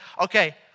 Okay